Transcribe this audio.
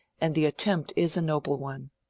and the attempt is a noble one.